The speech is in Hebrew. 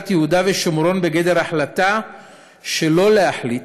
יהודה ושומרון בגדר החלטה שלא להחליט